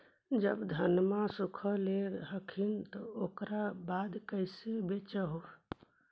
जब धनमा सुख ले हखिन उकर बाद कैसे बेच हो?